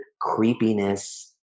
creepiness